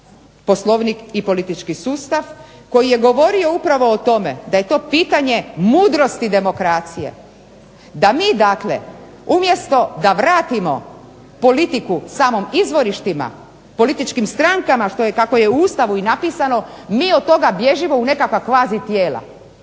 Poslovnik i politički sustav, koji je govorio upravo o tome da je to pitanje mudrosti demokracije, da mi dakle umjesto da vratimo politiku samim izvorištima, političkim strankama što je i kako je u Ustavu i napisano mi od toga bježimo u nekakva kvazi tijela.